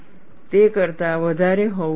તે કરતાં વધારે હોવું જોઈએ